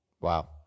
Wow